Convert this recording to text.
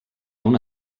una